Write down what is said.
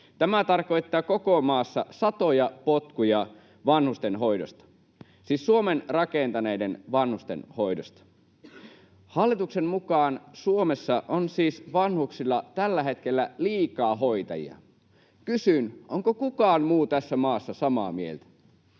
Tämä tarkoittaa koko maassa satoja potkuja vanhustenhoidosta, siis Suomen rakentaneiden vanhusten hoidosta. Hallituksen mukaan Suomessa on siis vanhuksilla tällä hetkellä liikaa hoitajia. Kysyn: onko kukaan muu tässä maassa samaa mieltä?